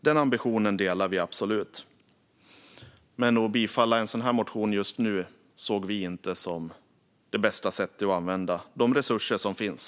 Den ambitionen delar vi absolut, men att bifalla en sådan här motion just nu ser vi inte som det bästa sättet att använda de resurser som finns.